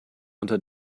unter